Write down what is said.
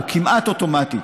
או כמעט אוטומטית,